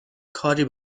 کاری